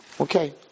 Okay